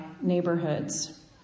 neighborhoods